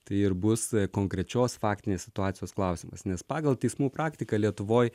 tai ir bus konkrečios faktinės situacijos klausimas nes pagal teismų praktiką lietuvoj